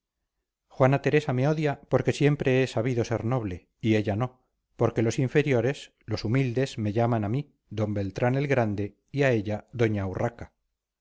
juana teresa me odia porque siempre he sabido ser noble y ella no porque los inferiores los humildes me llaman a mí d beltrán el grande y a ella doña urraca